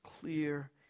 clear